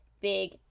big